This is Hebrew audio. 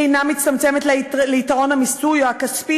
היא אינה מצטמצמת ליתרון המסי או הכספי